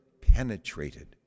penetrated